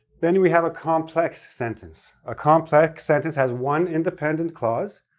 then we have a complex sentence. a complex sentence has one independent clause,